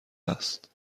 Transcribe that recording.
است